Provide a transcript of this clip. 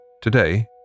today